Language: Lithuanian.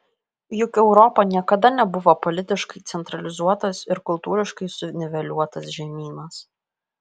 juk europa niekada nebuvo politiškai centralizuotas ir kultūriškai suniveliuotas žemynas